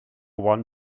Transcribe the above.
one